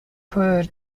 her